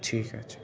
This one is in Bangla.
ঠিক আছে